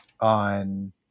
on